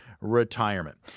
retirement